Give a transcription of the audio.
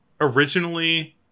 originally